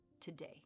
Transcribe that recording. today